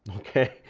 okay?